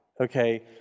okay